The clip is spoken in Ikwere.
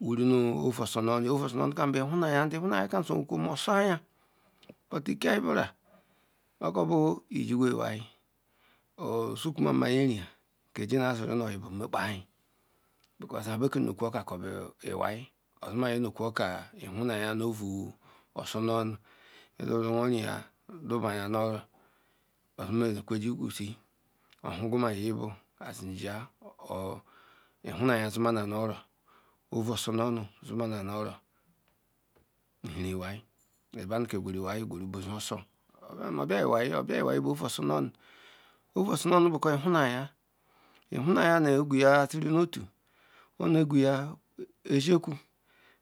owuru nu ouu osornu bu ohuraya sorukwe mo ojoraya ke mbra oko bu ojiwo iheal osukwumama nyeri ya ke ghenuya ziri nu oge bu Nmed paehie wha bekokwa oka b iwai ozumege nokwu oka ouu osornonu nye na bu nzia ihuraya zi maha nu oro ouu ojor nonu zimema nu oro nu ihiem iwai bada kogweru iwai gweru bezi osor ouu ososna bu kesr ihuraya ihinaya mgwega oziri notu omegweya ezi okwu